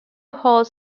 whole